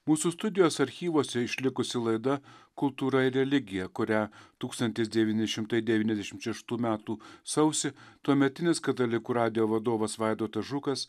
mūsų studijos archyvuose išlikusi laida kultūra ir religija kurią tūkstantis devyni šimtai devyniasdešimt šeštų metų sausį tuometinis katalikų radijo vadovas vaidotas žukas